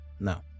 No